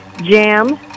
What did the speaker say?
Jam